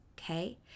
Okay